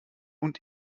und